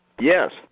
Yes